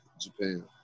Japan